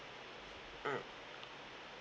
mm